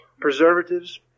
Preservatives